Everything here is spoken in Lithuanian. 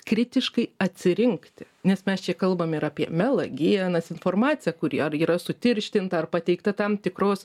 kritiškai atsirinkti nes mes čia kalbam ir apie melagienas informaciją kuri ar yra sutirštinta ar pateikta tam tikros